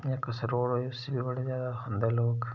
जियां कसरोड़ उसी बी बड़े ज्यादा खंदे लोग